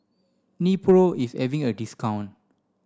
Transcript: Nepro is having a discount